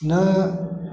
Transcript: नहि